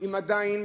אם עדיין